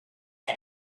had